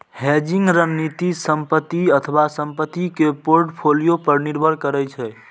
hedging रणनीति संपत्ति अथवा संपत्ति के पोर्टफोलियो पर निर्भर करै छै